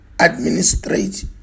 administrate